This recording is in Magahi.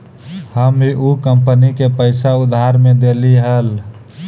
हम भी ऊ कंपनी के पैसा उधार में देली हल